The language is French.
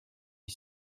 est